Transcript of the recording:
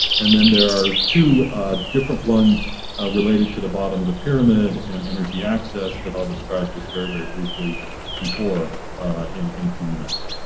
and then there are two different ones related to the bottom of the pyramid and energy access that i'll describe very very briefly before in in a few minutes.